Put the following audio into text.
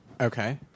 Okay